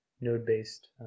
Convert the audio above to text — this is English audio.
node-based